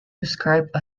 described